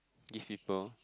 give people